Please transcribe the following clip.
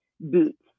boots